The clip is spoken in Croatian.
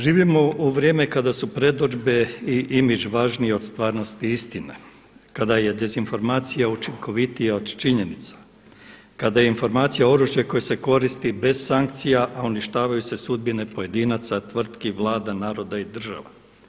Živimo u vrijeme kada su predodžbe i imagei važniji od stvarnosti istine, kada je dezinformacija učinkovitija od činjenica, kada je informacija oružje koje se koristi bez sankcija, a uništavaju se sudbine pojedinaca, tvrtki, vlada, naroda i država.